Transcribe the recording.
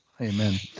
Amen